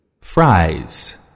Fries